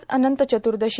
आज अनंतचतुर्दशी